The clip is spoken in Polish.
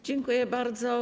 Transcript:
Dziękuję bardzo.